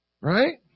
Right